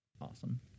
Awesome